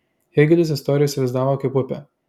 hėgelis istoriją įsivaizdavo kaip upę